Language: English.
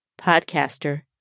podcaster